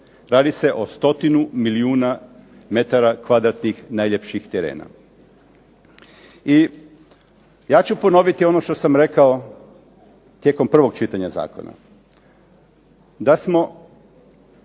radi se o stotinu milijuna metara kvadratnih najljepših terena. Ja ću ponoviti ono što sam rekao tijekom prvog čitanja zakona. Da smo